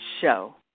show